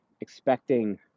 expecting